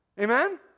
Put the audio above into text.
Amen